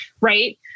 right